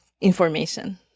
information